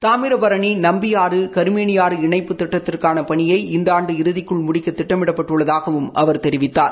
தாமிரபரணி நம்பியாறு கருமேளியாறு இணைப்புத் திட்டத்திற்கான பணியை இந்த ஆண்டு இறுதிக்குள் முடிக்க திட்டமிடப்பட்டுள்ளதாகவும் அவர் தெரிவித்தார்